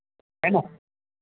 है ना